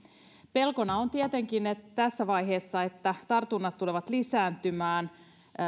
pelkona on tietenkin tässä vaiheessa että tartunnat tulevat lisääntymään